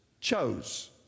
chose